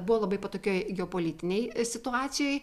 buvo labai patogioj geopolitinėj situacijoj